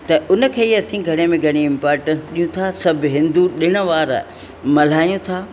त उन खे असां घणे में घणी इमपारटंस ॾियूं था सभु हिंदू ॾिण वार मल्हायूं था